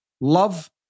Love